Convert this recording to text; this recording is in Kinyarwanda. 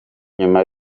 nyuma